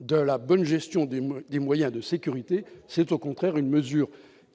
de la bonne gestion des des moyens de sécurité, c'est au contraire une mesure